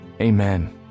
Amen